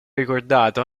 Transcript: ricordato